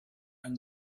and